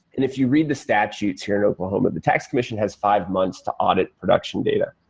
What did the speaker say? if you read the statutes here in oklahoma, the tax commission has five months to audit production data.